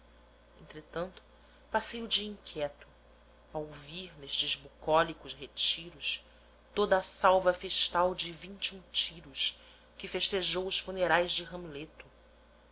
entretanto passei o dia inquieto a ouvir nestes bucólicos retiros toda a salva festal de vinte um tiros que festejou os funerais de hamleto